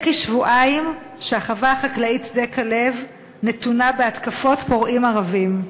מזה כשבועיים החווה החקלאית שדה-כלב נתונה להתקפות פורעים ערבים.